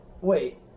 Wait